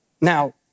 Now